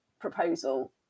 proposal